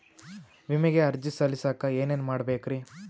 ವಿಮೆಗೆ ಅರ್ಜಿ ಸಲ್ಲಿಸಕ ಏನೇನ್ ಮಾಡ್ಬೇಕ್ರಿ?